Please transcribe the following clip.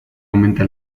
aumenta